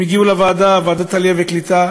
הם הגיעו לוועדת העלייה והקליטה,